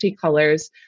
colors